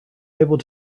able